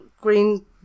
green